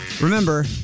Remember